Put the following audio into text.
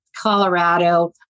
Colorado